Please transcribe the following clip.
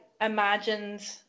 imagined